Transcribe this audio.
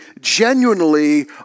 genuinely